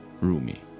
Rumi